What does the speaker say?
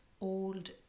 old